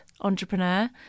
entrepreneur